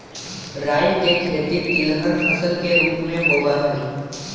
राई के खेती तिलहन फसल के रूप में होबा हई